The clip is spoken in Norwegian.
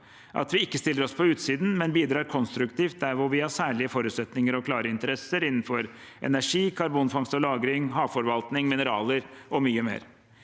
at vi ikke stiller oss på utsiden, men bidrar konstruktivt der hvor vi har særlige forutsetninger og klare interesser innenfor energi, karbonfangst og -lagring, havforvaltning, mineraler og mye mer,